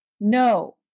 No